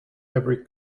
every